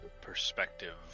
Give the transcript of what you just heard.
perspective